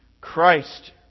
Christ